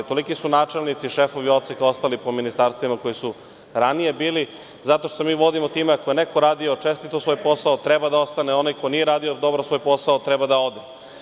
Toliki su načelnici i šefovi odseka ostali po ministarstvima koji su i ranije bili, zato što se mi vodimo time – ako je neko radio čestito svoj posao, treba da ostane, onaj ko nije dobro radio svoj posao, treba da ode.